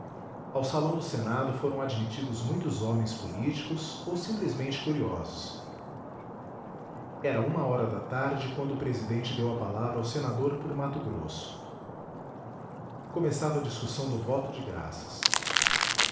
ao salão do senado foram admitidos muitos homens políticos ou simplesmente curiosos era uma hora da tarde quando o presidente deu a palavra ao senador por mato grosso começava a discussão do voto de graças